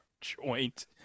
joint